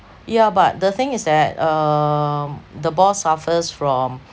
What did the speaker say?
yeah but the thing is that um the boss suffers from